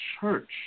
church